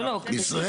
לא, לא.